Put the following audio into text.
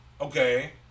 Okay